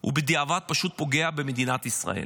הוא בדיעבד פשוט פוגע במדינת ישראל.